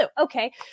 Okay